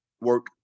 work